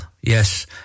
Yes